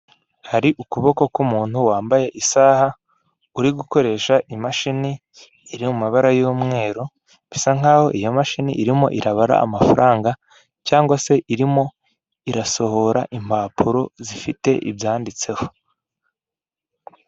Hari ukuboko k'umuntu wambaye isaha, uri gukoresha imashini iri mu mabara y'umweru, bisa nkaho iyo mashini irimo irabara amafaranga, cyangwa se irimo irasohora impapuro zifite ibyanditseho.